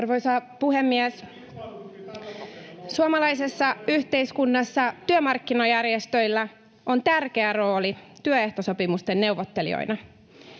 Arvoisa puhemies! Suomalaisessa yhteiskunnassa työmarkkinajärjestöillä on tärkeä rooli työehtosopimusten neuvottelijoina.